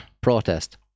protest